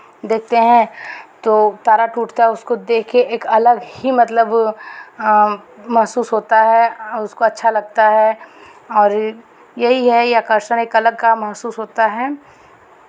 देखते हैं तो तारा टूटता उसको देखे एक अलग ही मतलब महसूस होता है उसको अच्छा लगता है और यही है ये आकर्षण ये एक अलग का महसूस होता है